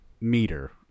meter